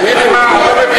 תגידי, מה?